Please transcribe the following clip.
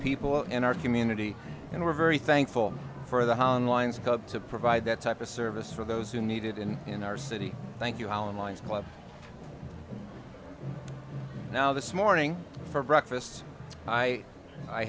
people in our community and we're very thankful for the scope to provide that type of service for those who need it in in our city thank you alan lines well now this morning for breakfast i i